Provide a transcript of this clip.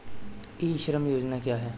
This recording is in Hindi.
ई श्रम योजना क्या है?